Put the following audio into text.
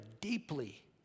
deeply